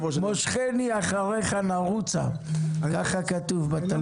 "מושכני אחריך נרוצה", כך כתוב בתלמוד.